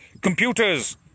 computers